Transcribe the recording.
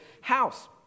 house